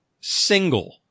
single